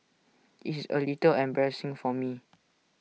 IT is A little embarrassing for me